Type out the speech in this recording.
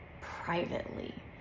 privately